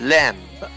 Lamb